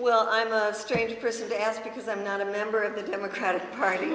well i'm a strange person to ask because i'm not a member of the democratic party